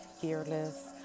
fearless